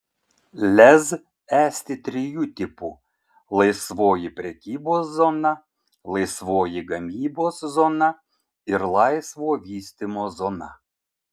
lez esti trijų tipų laisvoji prekybos zona laisvoji gamybos zona ir laisvo vystymo zona